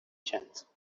chance